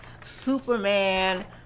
Superman